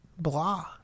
blah